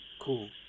Cool